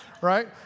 Right